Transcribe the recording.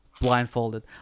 blindfolded